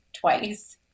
twice